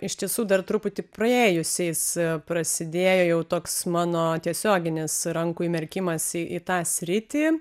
iš tiesų dar truputį praėjusiais prasidėjo jau toks mano tiesioginis rankų įmerkimas į į tą sritį